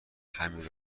همین